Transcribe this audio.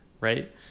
right